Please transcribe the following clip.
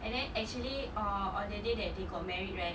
and then actually uh on the day that they got married right